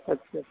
अच्छा